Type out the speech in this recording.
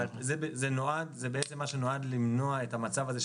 זה מה שנועד למנוע את המצב הזה,